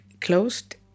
closed